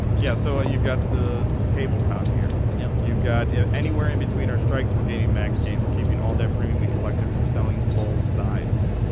yeah so ah you've got the the table top here yeah you've got it anywhere in between our strikes we're gaining max gain we're keeping all their premium we collected from selling bowl sides.